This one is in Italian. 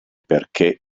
perché